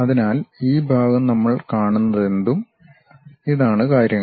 അതിനാൽ ഈ ഭാഗം നമ്മൾ കാണുന്നതെന്തും ഇതാണ് കാര്യങ്ങൾ